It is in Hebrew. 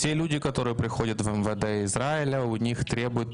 שכל האנשים שמגיעים לישראל, נדרשים להציג מסמכים